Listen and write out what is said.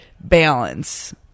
balance